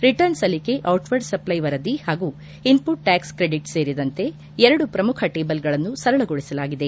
return ಸಲ್ಲಿಕೆ outward supply ವರದಿ ಹಾಗೂ ಇನ್ಪುಟ್ ಟ್ಯಾಕ್ಸ್ ಕ್ರೆಡಿಟ್ ಸೇರಿದಂತೆ ಎರಡು ಪ್ರಮುಖ ಟೇಬಲ್ಗಳನ್ನು ಸರಳಗೊಳಿಸಲಾಗಿದೆ